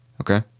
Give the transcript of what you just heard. okay